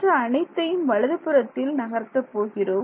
மற்ற அனைத்தையும் வலதுபுறத்தில் நகர்த்த போகிறோம்